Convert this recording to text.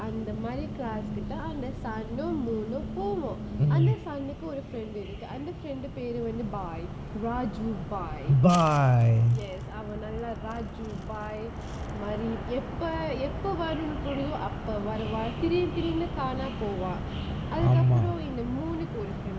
அந்தமாரி:anthamaari class அந்த:andha sun um moon um போவும் அந்த:povum andha sun ஒரு:oru friend இருக்கு அந்த:irukku andha friend பேரு வந்து:peru vanthu bai raju bai yes அவன் நல்ல:avan nalla raju bai மாரி எப்ப எப்ப வரு கூடு அப்ப வருவான் திடீர் திடீர்னு கானா போவான் அதுக்கப்பறம் இந்த:maari eppa eppa varu koodu appa varuvaan thideer thideernu kaanaa povaan athukapparam indha moon ஒரு:oru friend இருக்கு:irukku